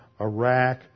Iraq